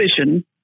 vision